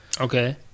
Okay